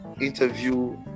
interview